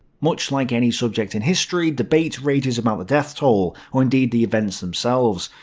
much like any subject in history, debate rages about the death toll, or indeed the events themselves.